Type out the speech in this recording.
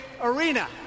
arena